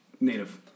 Native